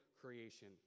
creation